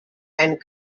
and